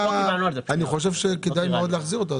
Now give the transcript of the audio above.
אני חושב שכדאי מאוד להחזיר אותו,